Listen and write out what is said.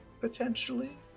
potentially